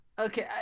Okay